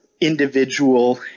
individual